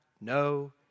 no